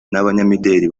n’abanyamideli